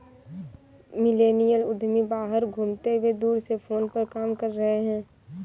millennial उद्यमी बाहर घूमते हुए दूर से फोन पर काम कर रहे हैं